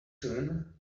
soon